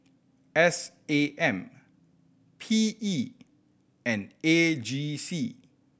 S A M P E and A G C